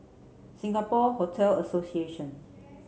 Singapore Hotel Association